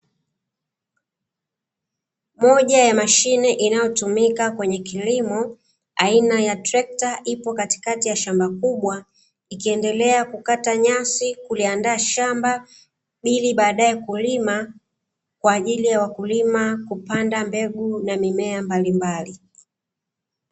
Moja ya mashine inayotumika kwenye kilimo aina ya trekta, ipo katikati ya shamba kubwa, ikiendelea kukata nyasi kuliandaa shamba ili baadaye kulima, kwa ajili ya wakulima kupanda mbegu na mimea mbalimbali.